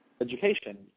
education